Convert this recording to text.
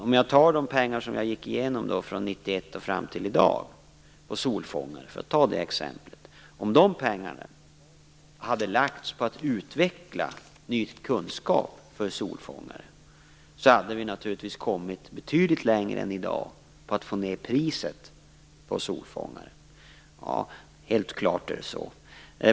Om de pengar som har satsats på solfångare från 1991 fram till i dag hade lagts på att utveckla ny kunskap om solfångare, då hade vi kommit betydligt längre än vad vi har gjort i dag när det gäller att få ned priset på solfångare. Helt klart är det så.